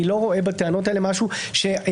ואני לא רואה בטענות האלה משהו שאני